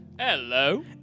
Hello